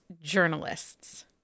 journalists